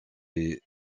est